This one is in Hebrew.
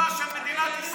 תחילת חיסולה של מדינת ישראל,